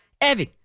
Evan